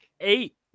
eight